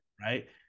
right